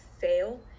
fail